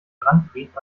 brandbrief